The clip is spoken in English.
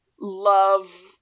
Love